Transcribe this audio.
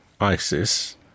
ISIS